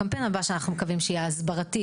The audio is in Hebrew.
הקמפיין הבא שאנחנו מקווים שיהיה הסברתי,